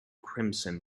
crimson